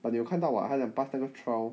but 你有看到 [what] 他讲 pass 那个 trial